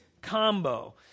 combo